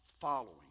following